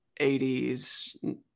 80s